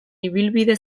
ibilbide